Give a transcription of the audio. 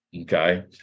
Okay